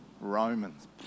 Romans